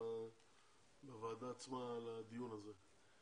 בוועדה עצמה לדיון הזה.